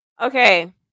Okay